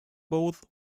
both